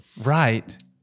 right